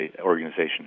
Organization